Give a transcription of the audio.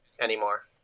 anymore